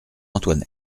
antoine